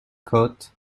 côte